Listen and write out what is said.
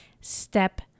step